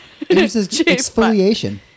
exfoliation